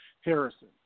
Harrison